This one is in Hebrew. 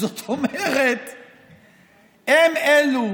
זאת אומרת, הם אלו